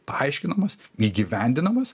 paaiškinamas įgyvendinamas